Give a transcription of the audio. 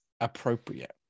appropriate